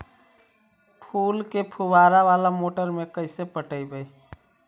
फूल के फुवारा बाला मोटर से कैसे पटइबै?